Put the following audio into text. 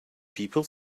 people